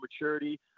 maturity